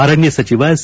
ಅರಣ್ಯ ಸಚಿವ ಸಿ